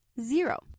Zero